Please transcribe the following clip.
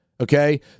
Okay